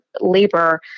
labor